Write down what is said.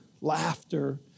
laughter